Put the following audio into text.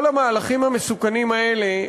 כל המהלכים המסוכנים האלה,